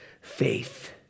faith